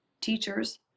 Teachers